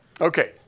Okay